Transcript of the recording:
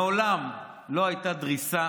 מעולם לא הייתה דריסה